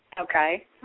Okay